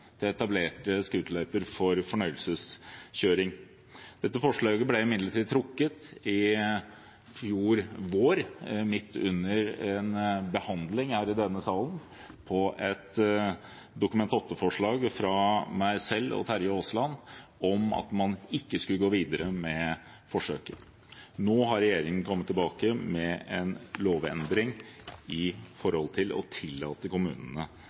for fornøyelseskjøring. Dette forslaget ble imidlertid trukket i fjor vår midt under en behandling i denne salen av et Dokument 8-forslag fra Terje Aasland og meg selv om at man ikke skulle gå videre med forsøket. Nå har regjeringen kommet tilbake med en lovendring for å tillate kommunene